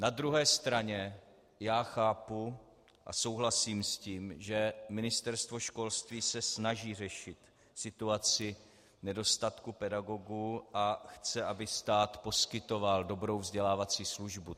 Na druhé straně chápu a souhlasím s tím, že Ministerstvo školství se snaží řešit situaci nedostatku pedagogů a chce, aby stát poskytoval dobrou vzdělávací službu.